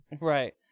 Right